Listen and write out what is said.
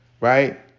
right